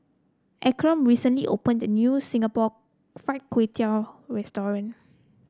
Ephram recently opened a new Singapore Fried Kway Tiao Restaurant